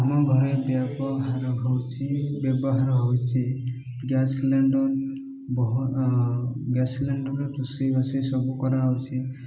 ଆମ ଘରେ ବ୍ୟବହାର ହଉଛି ବ୍ୟବହାର ହଉଚି ଗ୍ୟାସ୍ ସିଲିଣ୍ଡର ଗ୍ୟାସ୍ ସିଲିଣ୍ଡରରେ ରୋଷେଇ ବାଷେଇ ସବୁ କରାହଉଛି